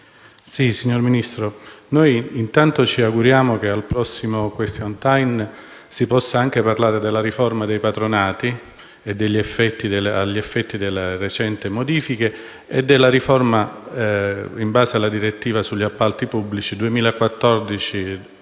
Signor Ministro, noi intanto ci auguriamo che al prossimo *question time* si possa anche parlare della riforma dei patronati alla luce degli effetti delle recenti modifiche e della riforma in base alle direttive sugli appalti pubblici 2014/24